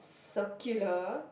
circular